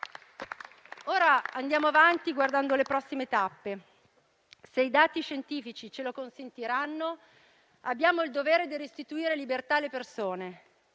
Ora andiamo avanti guardando le prossime tappe. Se i dati scientifici ce lo consentiranno, abbiamo il dovere di restituire libertà alle persone;